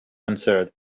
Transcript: answered